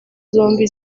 zombi